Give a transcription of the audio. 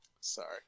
Sorry